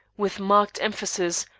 with marked emphasis,